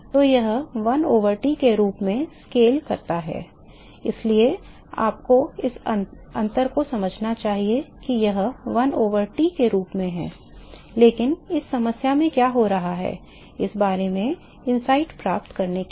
तो यह 1 over T के रूप में स्केल करता है इसलिए आपको इस अंतर को समझना चाहिए कि यह 1 over T के रूप में है लेकिन इस समस्या में क्या हो रहा है इस बारे में अंतर्दृष्टि प्राप्त करने के लिए